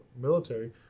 military